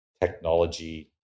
technology